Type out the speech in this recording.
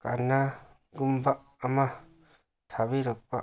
ꯀꯅꯥꯒꯨꯝꯕ ꯑꯃ ꯊꯥꯕꯤꯔꯛꯄ